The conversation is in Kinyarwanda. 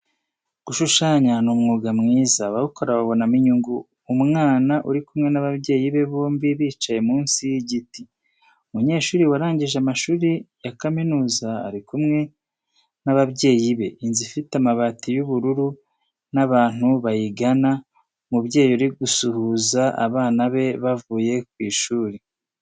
Gushushanya ni umwuga mwiza, abawukora bawubonamo inyungu, umwana uri kumwe n'ababyeyi be bombi bicaye munsi y'igiti. Umunyeshuri warangije amashuri ya kaminuza, ari kumwe n'ababyeyi be, inzu ifite amabati y'ubururu n'abantu bayigana, umubyeyi uri gusuhuza abana be bavuye ku ishuri.